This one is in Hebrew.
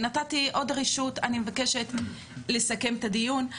נתתי עוד רשות ואני מבקשת לסכם את הדיון.